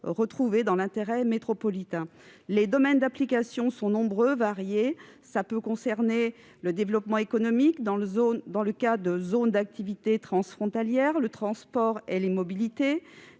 et l'intérêt métropolitain. Les domaines d'application sont nombreux et variés, et peuvent concerner le développement économique dans le cas de zones d'activités transfrontalières, ainsi que le transport et les mobilités